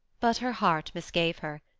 but her heart misgave her.